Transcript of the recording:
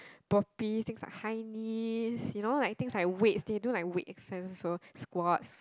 poppi things like high knees you know like thing like weigh they don't like weigh sense so squat